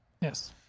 Yes